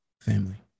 family